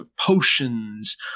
potions